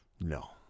no